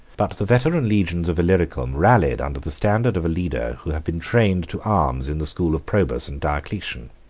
but the veteran legions of illyricum rallied under the standard of a leader who had been trained to arms in the school of probus and diocletian.